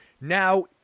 now